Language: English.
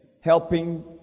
helping